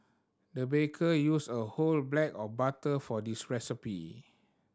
the baker used a whole black of butter for this recipe